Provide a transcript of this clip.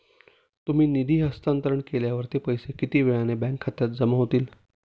तुम्ही निधी हस्तांतरण केल्यावर ते पैसे किती वेळाने बँक खात्यात जमा होतील?